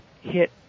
hit